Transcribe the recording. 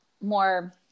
more